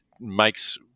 makes